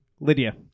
Lydia